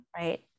right